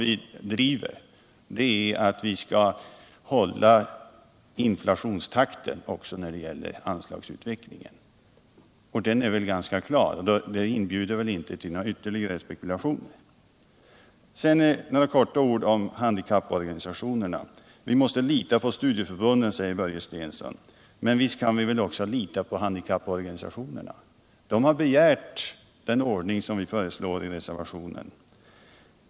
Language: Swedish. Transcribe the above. Vår princip är att vi skall hålla inflationstakten också när det gäller anslagsutvecklingen. Detta är vil klart och inbjuder väl inte till några ytterligare spekulationer. Sedan några ord om handikapporganisationerna. Vi måste lita på studieförbunden, sade Börje Stensson. Men visst kan vi väl lita på handikapporganisaticnerna också. De har begärt den ordning som vi föreslår i reservationen.